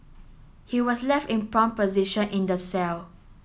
he was left in prone position in the cell